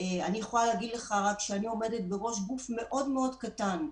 אני עומדת בראש גוף מאוד מאוד קטן,